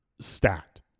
stat